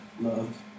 love